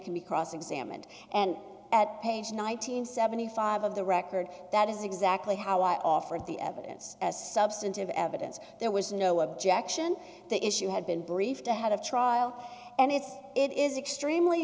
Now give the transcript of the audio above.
can be cross examined and at page nine hundred and seventy five of the record that is exactly how i offered the evidence as substantive evidence there was no objection the issue had been briefed ahead of trial and it's it is extremely